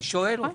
אני שואל אותו.